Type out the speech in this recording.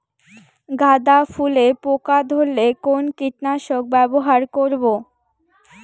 গাদা ফুলে পোকা ধরলে কোন কীটনাশক ব্যবহার করব?